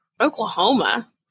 Oklahoma